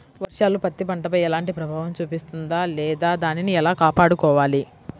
వర్షాలు పత్తి పంటపై ఎలాంటి ప్రభావం చూపిస్తుంద లేదా దానిని ఎలా కాపాడుకోవాలి?